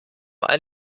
ein